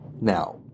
now